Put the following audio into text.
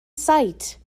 sight